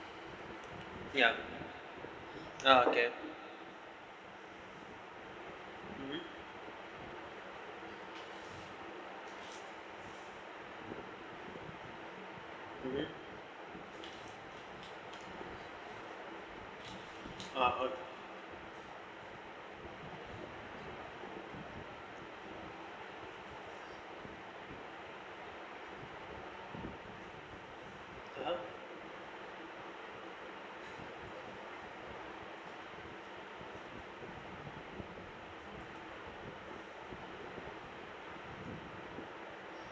ya uh okay mmhmm mmhmm ah okay (uh huh)